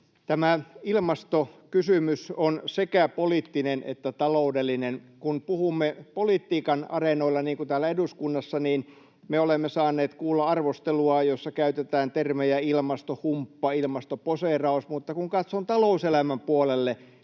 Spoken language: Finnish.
Tämä ilmastokysymys on sekä poliittinen että taloudellinen. Kun puhumme politiikan areenoilla, niin kuin täällä eduskunnassa, niin me olemme saaneet kuulla arvostelua, jossa käytetään termejä ”ilmastohumppa”, ”ilmastoposeeraus”, mutta kun katson talouselämän puolelle,